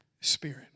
spirit